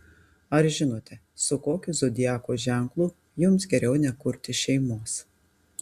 ar žinote su kokiu zodiako ženklu jums geriau nekurti šeimos